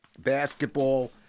Basketball